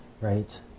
right